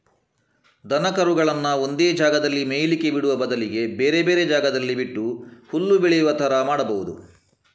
ದನ ಕರುಗಳನ್ನ ಒಂದೇ ಜಾಗದಲ್ಲಿ ಮೇಯ್ಲಿಕ್ಕೆ ಬಿಡುವ ಬದಲಿಗೆ ಬೇರೆ ಬೇರೆ ಜಾಗದಲ್ಲಿ ಬಿಟ್ಟು ಹುಲ್ಲು ಬೆಳೆಯುವ ತರ ಮಾಡುದು